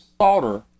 solder